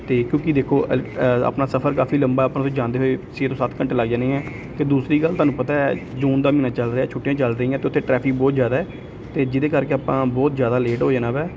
ਅਤੇ ਕਿਉਂਕਿ ਦੇਖੋ ਅ ਆਪਣਾ ਸਫ਼ਰ ਕਾਫੀ ਲੰਬਾ ਆਪਾਂ ਨੂੰ ਫਿਰ ਜਾਂਦੇ ਹੋਏ ਛੇ ਤੋਂ ਸੱਤ ਘੰਟੇ ਲੱਗ ਜਾਣੇ ਹੈ ਅਤੇ ਦੂਸਰੀ ਗੱਲ ਤੁਹਾਨੂੰ ਪਤਾ ਹੈ ਜੂਨ ਦਾ ਮਹੀਨਾ ਚੱਲ ਰਿਹਾ ਛੁੱਟੀਆਂ ਚੱਲ ਰਹੀਆਂ ਅਤੇ ਉੱਥੇ ਟਰੈਫਿਕ ਬਹੁਤ ਜ਼ਿਆਦਾ ਹੈ ਅਤੇ ਜਿਹਦੇ ਕਰਕੇ ਆਪਾਂ ਬਹੁਤ ਜ਼ਿਆਦਾ ਲੇਟ ਹੋ ਜਾਣਾ ਹੈ